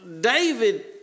David